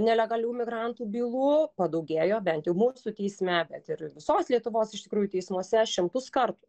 nelegalių migrantų bylų padaugėjo bent jau mūsų teisme bet ir visos lietuvos iš tikrųjų teismuose šimtus kartų